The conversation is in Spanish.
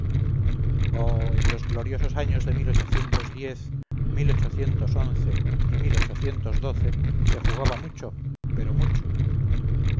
en los gloriosos años de y se jugaba mucho pero mucho